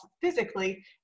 physically